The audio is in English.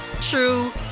true